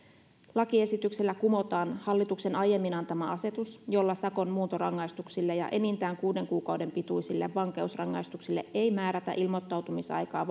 lakiesityksellä kumotaan hallituksen aiemmin antama asetus jolla sakon muuntorangaistuksille ja enintään kuuden kuukauden pituisille vankeusrangaistukselle ei määrätä ilmoittautumisaikaa